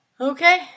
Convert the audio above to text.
Okay